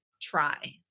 try